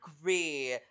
agree